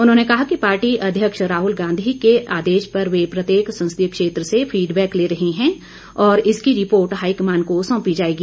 उन्होंने कहा कि पार्टी अध्यक्ष राहुल गांधी के आदेश पर वे प्रत्येक संसदीय क्षेत्र से फीडबैक ले रही हैं और इसकी रिपोर्ट हाईकमान को सौंपी जाएगी